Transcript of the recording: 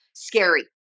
Scary